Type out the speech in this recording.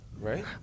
Right